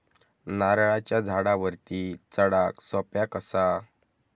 नारळाच्या झाडावरती चडाक सोप्या कसा?